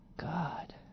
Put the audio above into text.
God